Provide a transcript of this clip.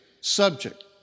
subject